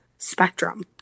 Spectrum